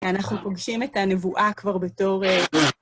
אנחנו פוגשים את הנבואה כבר בתור...